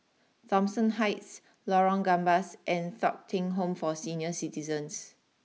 Thomson Heights Lorong Gambas and Thong Teck Home for Senior citizens